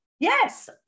Yes